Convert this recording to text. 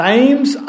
Times